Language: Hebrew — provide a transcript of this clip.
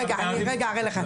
אני רגע אראה לך.